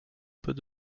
peut